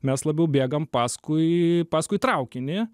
mes labiau bėgam paskui paskui traukinį